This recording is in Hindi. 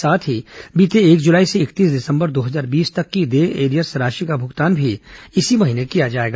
साथ ही बीते एक जुलाई से इकतीस दिसम्बर दो हजार बीस तक की देय एरियर्स राशि का भुगतान भी इसी महीने किया जाएगा